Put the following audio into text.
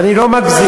ואני לא מגזים.